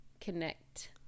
connect